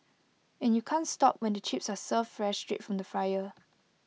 and you can't stop when the chips are served fresh straight from the fryer